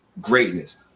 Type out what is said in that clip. Greatness